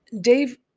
Dave